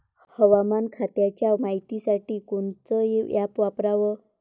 हवामान खात्याच्या मायतीसाठी कोनचं ॲप वापराव?